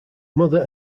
mother